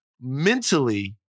mentally